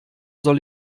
soll